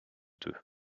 deux